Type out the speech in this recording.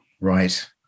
Right